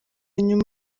nyuma